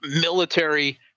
military